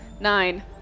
Nine